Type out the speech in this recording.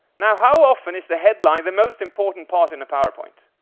now, how often is the headline the most important part in a powerpoint?